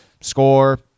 score